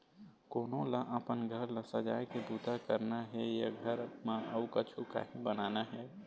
कोनो ल अपन घर ल सजाए के बूता करना हे या घर म अउ कछु काही बनाना हे